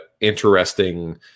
interesting